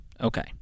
okay